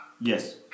Yes